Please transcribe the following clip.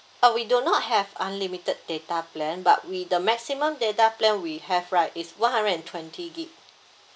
uh we do not have unlimited data plan but we the maximum data plan we have right is one hundred and twenty gig